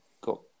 got